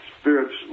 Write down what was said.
spirits